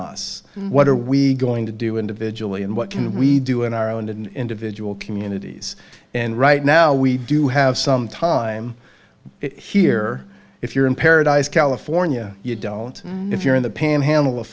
us what are we going to do individually and what can we do in our own and individual communities and right now we do have some time here if you're in paradise california you don't know if you're in the panhandle of